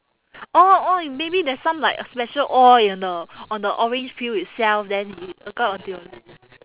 oh !oi! maybe there's some like a special oil on the on the orange peel itself then it got onto your l~